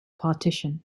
partition